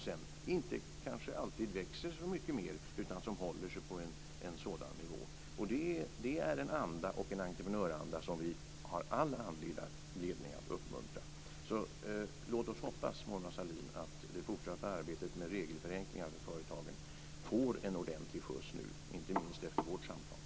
Sedan kanske de inte alltid växer så mycket mer, utan håller sig på en sådan nivå. Det är en anda och en entreprenörsanda som vi har all anledning att uppmuntra. Låt oss hoppas, Mona Sahlin, att det fortsatta arbetet med regelförenklingar för företagen får en ordentlig skjuts nu, inte minst efter vårt samtal.